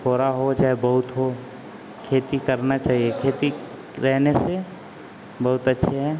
थोड़ा हो चाहे बहुत हो खेती करना चाहिए खेती रहने से बहुत अच्छे हैं